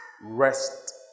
rest